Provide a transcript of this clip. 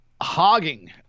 hogging